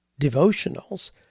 devotionals